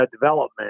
development